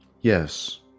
Yes